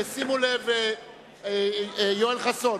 חבר הכנסת יואל חסון,